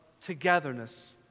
togetherness